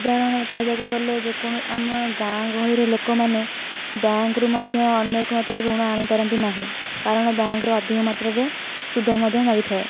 ଉଦାହରଣ କହିବାକୁ ଗଲେ ଯେ କୌଣସି ଆମ ଗାଁ ଗହଳିର ଲୋକମାନେ ବ୍ୟାଙ୍କରୁ ମଧ୍ୟ ଅନେକ ମାତ୍ରାରେ ଋଣ ଆଣିପାରନ୍ତି ନାହିଁ କାରଣ ବ୍ୟାଙ୍କର ଅଧିକ ମାତ୍ରାରେ ସୁଧ ମଧ୍ୟ ମାଗିଥାଏ